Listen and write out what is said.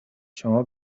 شما